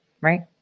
right